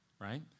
right